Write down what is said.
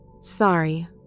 Sorry